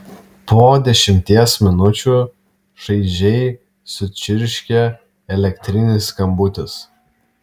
po dešimties minučių šaižiai sučirškė elektrinis skambutis